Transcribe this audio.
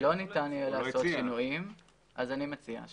אני מציע.